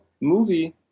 movie